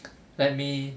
let me